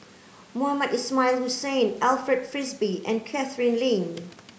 Mohamed Ismail Hussain Alfred Frisby and Catherine Lim